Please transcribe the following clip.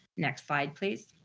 next slide, please.